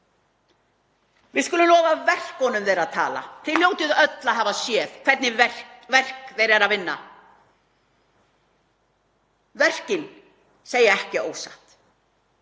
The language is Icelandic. Við skulum lofa verkunum þeirra að tala. Þið hljótið öll að hafa séð hvernig verk þau eru að vinna. Verkin segja ekki ósatt.